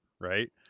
right